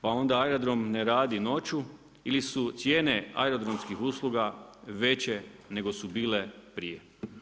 Pa onda aerodrom ne radi noću, ili su cijene aerodromskih usluga veće nego su bile prije.